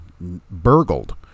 burgled